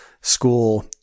school